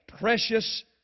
Precious